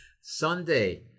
Sunday